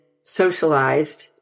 socialized